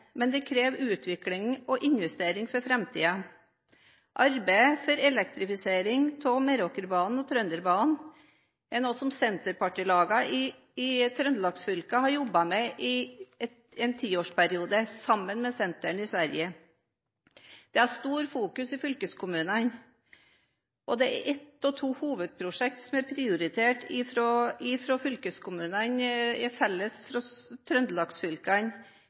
men det krever utvikling og investering for framtiden. Elektrifisering av Meråkerbanen og Trønderbanen er noe som senterpartilagene i trøndelagsfylkene har jobbet med i en tiårsperiode sammen med Centern i Sverige. Det blir sterkt fokusert i fylkeskommunene, og det er et par hovedprosjekter som er prioritert felles fra fylkeskommunene